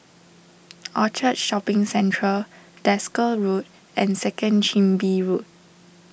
Orchard Shopping Centre Desker Road and Second Chin Bee Road